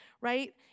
right